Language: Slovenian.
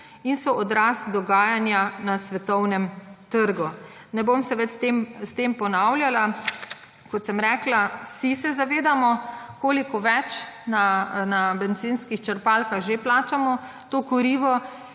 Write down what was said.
in so odraz dogajanja na svetovnem trgu. Ne bom se več s tem ponavljala. Kot sem rekla, vsi se zavedamo, koliko več na bencinskih črpalkah že plačamo to kurivo,